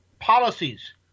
policies